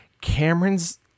cameron's